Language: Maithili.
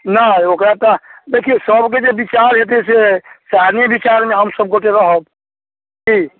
नहि ओकरा तऽ देखियौ सबके यदि विचार हेतै जे शामिल विचारमे हम सब गोटे रहब की